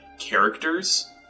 characters